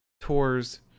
tours